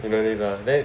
you're doing this one